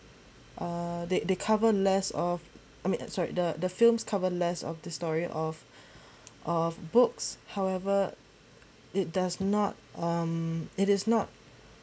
err they they cover less of I mean sorry the the films cover less of the story of of books however it does not um it is not